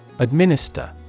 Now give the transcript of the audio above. Administer